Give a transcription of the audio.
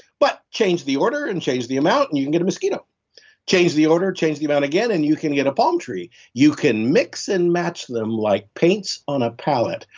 but change the order and change the amount and you can get a mosquito change the order and change the amount again and you can get a palm tree. you can mix and match them like paints on a pallet,